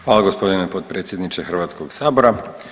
Hvala gospodine potpredsjedniče Hrvatskog sabora.